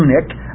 tunic